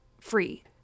free